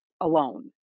alone